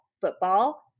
football